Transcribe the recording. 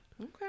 Okay